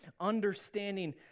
understanding